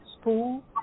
school